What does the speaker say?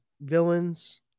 villains